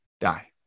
die